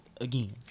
again